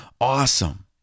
awesome